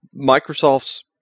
Microsoft's